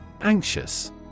Anxious